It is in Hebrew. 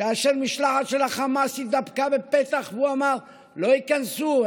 כאשר משלחת של החמאס התדפקה בפתח והוא אמר: לא ייכנסו,